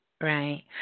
Right